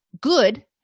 good